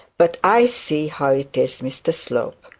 but i see how it is, mr slope.